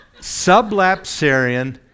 Sublapsarian